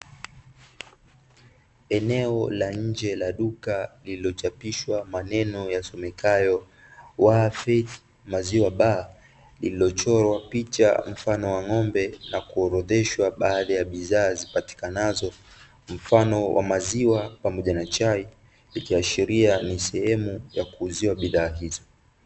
Eneo la nje la duka, lililochapishwa maneno yasemekayo "WA FAITH MILK BAR", iliyochorwa picha mfano wa ng'ombe na kuorodheshwa baadhi ya bidhaa zipatikanazo mfano wa maziwa pamoja na chai, ikiashiria ni sehemu ya kuuziwa bidhaa hizo.